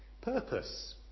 purpose